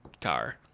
car